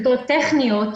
טכניות,